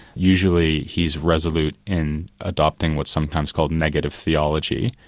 usually he's resolute in adopting what's sometimes called negative theology,